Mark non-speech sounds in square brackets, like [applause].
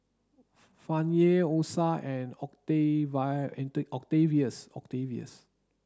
Fannye Osa and [unintelligible] Octavius Octavius